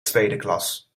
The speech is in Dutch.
tweedeklas